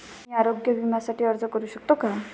मी आरोग्य विम्यासाठी अर्ज करू शकतो का?